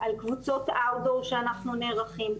על קבוצות outdoor שאנחנו נערכים.